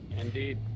Indeed